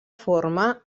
forma